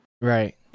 right